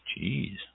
Jeez